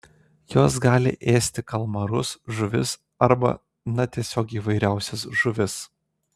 jos gali ėsti kalmarus žuvis arba na tiesiog įvairiausias žuvis